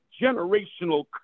generational